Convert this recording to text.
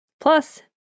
Plus